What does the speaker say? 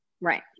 Right